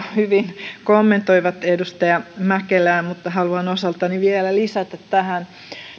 hyvin kommentoivat edustaja mäkelää mutta haluan osaltani vielä lisätä tähän